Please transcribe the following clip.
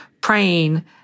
praying